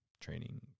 training